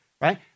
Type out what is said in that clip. right